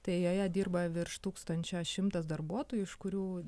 tai joje dirba virš tūkstančio šimtas darbuotojų iš kurių